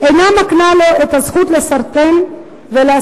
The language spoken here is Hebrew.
אינה מקנה לו את הזכות לסרטן ולהסריח,